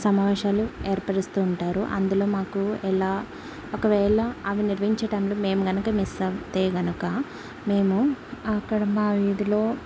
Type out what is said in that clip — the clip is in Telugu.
సమావేశాలు ఏర్పరుస్తూ ఉంటారు అందులో మాకు ఎలా ఒకవేళ అవి నిర్వహించటంలో మేము కనుక మిస్ అవుతే కనుక మేము అక్కడ మా వీధిలో